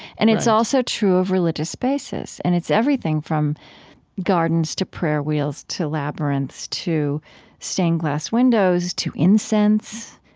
and it's also true of religious spaces and it's everything from gardens, to prayer wheels, to labyrinths, to stained-glass windows, to incense,